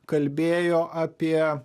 kalbėjo apie